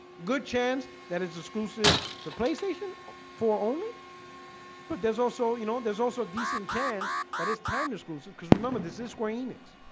good chance that is exclusive to playstation four only but there's also you know, there's also decent chance that is timed exclusive because remember this is square enix